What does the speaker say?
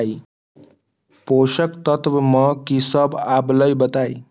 पोषक तत्व म की सब आबलई बताई?